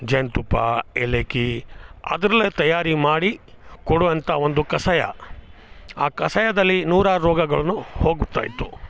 ಜೇನುತುಪ್ಪ ಏಲಕ್ಕಿ ಅದರಲ್ಲೇ ತಯಾರು ಮಾಡಿ ಕೊಡುವಂಥ ಒಂದು ಕಷಾಯ ಆ ಕಷಾಯದಲ್ಲಿ ನೂರಾರು ರೋಗಗಳೂ ಹೋಗುತ್ತಾ ಇತ್ತು